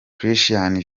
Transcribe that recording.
christian